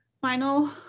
final